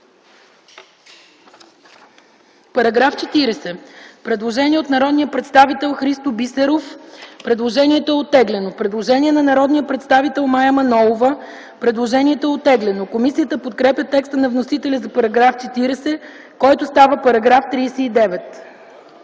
По § 40 има предложение на народния представител Христо Бисеров. Предложението е оттеглено. Предложение на народния представител Мая Манолова. Предложението е оттеглено. Комисията подкрепя текста на вносителя за § 40, който става § 39.